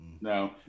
No